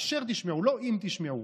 "אשר תשמעו",